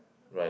right